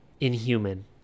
inhuman